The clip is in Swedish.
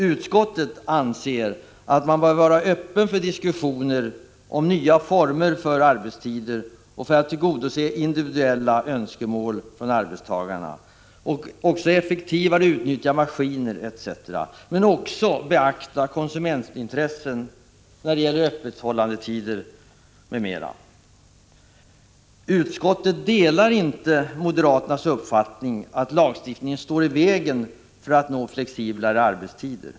Utskottet anser att man bör vara öppen för diskussioner om nya former för arbetstider för att kunna tillgodose individuella önskemål från arbetstagarna, effektivare utnyttja maskiner etc. men också beakta konsumentintressen när det gäller öppettider m.m. Utskottet delar inte moderaternas uppfattning att lagstiftningen står i vägen för flexiblare arbetstider.